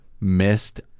missed